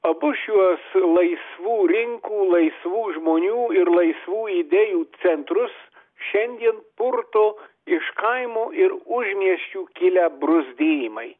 abu šiuos laisvų rinkų laisvų žmonių ir laisvų idėjų centrus šiandien purto iš kaimų ir užmiesčių kilę bruzdėjimai